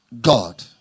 God